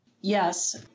Yes